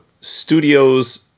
studios